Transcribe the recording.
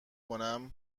کنم